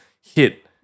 hit